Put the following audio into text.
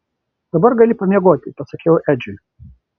dabar gali pamiegoti pasakiau edžiui